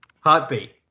heartbeat